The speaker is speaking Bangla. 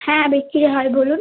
হ্যাঁ বিক্রি হয় বলুন